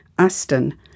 Aston